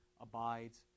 abides